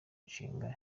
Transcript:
nshinga